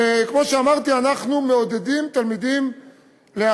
כמו שאמרתי, אנחנו מעודדים להרחיב